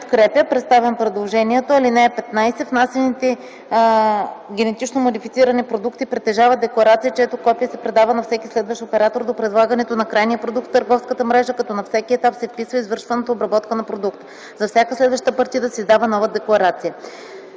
на нова ал. 15 в чл. 23е: „(15) Внасяните генетично модифицирани продукти притежават декларация, чието копие се предава на всеки следващ оператор до предлагането на крайния продукт в търговската мрежа, като на всеки етап се вписва извършваната обработка на продукта. За всяка следваща партида се издава нова декларация.”